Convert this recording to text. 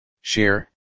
share